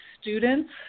students